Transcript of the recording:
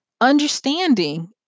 understanding